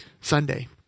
Sunday